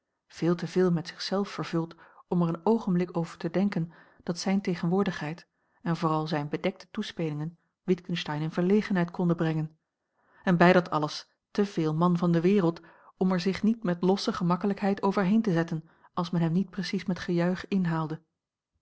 veel te veel met zich zelf vervuld om er een oogenblik over te dena l g bosboom-toussaint langs een omweg ken dat zijne tegenwoordigheid en vooral zijne bedekte toespelingen witgensteyn in verlegenheid konden brengen en bij dat alles te veel man van de wereld om er zich niet met losse gemakkelijkheid overheen te zetten als men hem niet precies met gejuich